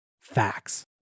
Facts